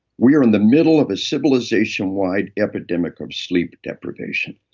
we are in the middle of a civilization-wide epidemic of sleep deprivation.